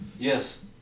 Yes